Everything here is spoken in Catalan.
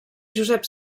josep